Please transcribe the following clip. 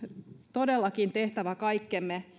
todellakin tehtävä kaikkemme